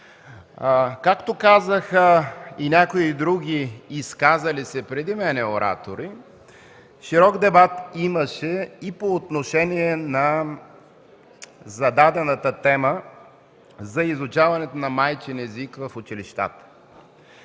Както казаха и някои други, изказали се преди мен оратори, широк дебат имаше и по отношение на зададената тема за изучаването на майчин език в училищата.